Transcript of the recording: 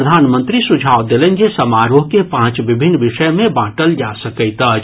प्रधानमंत्री सुझाव देलनि जे समारोह के पांच विभिन्न विषय मे बांटल जा सकैत अछि